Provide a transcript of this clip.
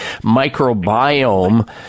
microbiome